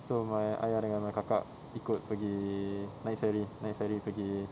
so my ayah dengan my kakak ikut pergi naik ferry naik ferry pergi